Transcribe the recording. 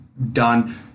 done